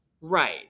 right